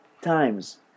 times